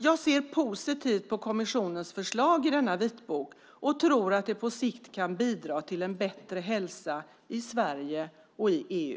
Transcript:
Jag ser positivt på kommissionens förslag i denna vitbok och tror att det på sikt kan bidra till en bättre hälsa i Sverige och i EU.